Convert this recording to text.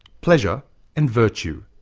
pleasure and virtue.